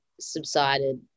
subsided